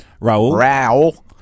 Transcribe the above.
Raul